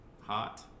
Hot